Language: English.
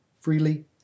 freely